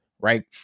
right